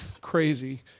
crazy